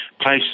place